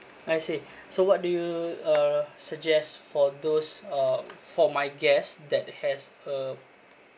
I see so what do you uh suggest for those uh for my guests that has a